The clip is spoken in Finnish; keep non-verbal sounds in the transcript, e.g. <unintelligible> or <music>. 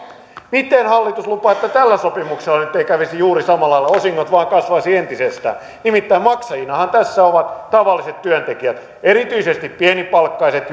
miten hallitus lupaa että tällä sopimuksella nyt ei kävisi juuri samalla lailla että osingot vain kasvaisivat entisestään nimittäin maksajinahan tässä ovat tavalliset työntekijät erityisesti pienipalkkaiset <unintelligible>